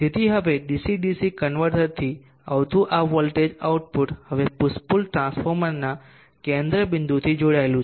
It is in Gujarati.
તેથી હવે ડીસી ડીસી કન્વર્ટરથી આવતું આ વોલ્ટેજ આઉટપુટ હવે પુશ પુલ ટ્રાન્સફોર્મરના કેન્દ્ર બિંદુથી જોડાયેલું છે